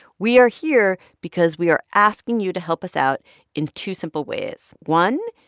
we are here because we are asking you to help us out in two simple ways one,